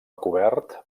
cobert